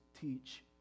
teach